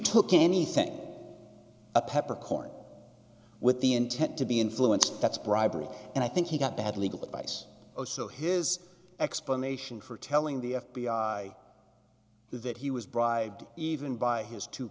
took anything a peppercorn with the intent to be influenced that's bribery and i think he got bad legal advice so his explanation for telling the f b i that he was bribed even by his t